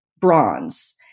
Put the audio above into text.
bronze